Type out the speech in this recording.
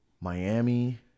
Miami